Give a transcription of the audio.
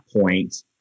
point